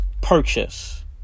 purchase